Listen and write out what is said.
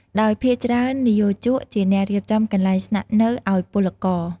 ដោយភាគច្រើន និយោជកជាអ្នករៀបចំកន្លែងស្នាក់នៅឱ្យពលករ ។